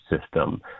system